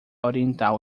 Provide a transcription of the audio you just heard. oriental